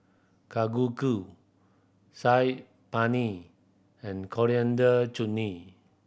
Saag Paneer and Coriander